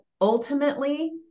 ultimately